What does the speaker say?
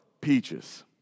peaches